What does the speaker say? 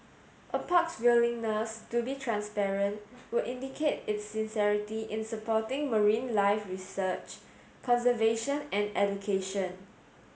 a park's willingness to be transparent would indicate its sincerity in supporting marine life research conservation and education